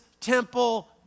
temple